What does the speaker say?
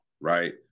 right